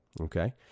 okay